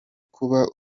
kuba